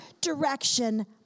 direction